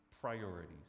priorities